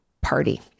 party